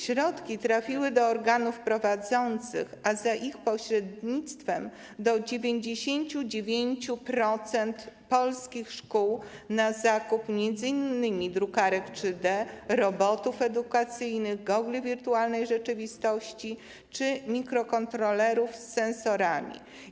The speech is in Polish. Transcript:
Środki trafiły do organów prowadzących, a za ich pośrednictwem do 99% polskich szkół na zakup m.in. drukarek 3D, robotów edukacyjnych, gogli wirtualnej rzeczywistości czy mikrokontrolerów z sensorami.